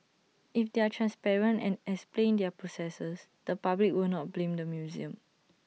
if they are transparent and explain their processes the public will not blame the museum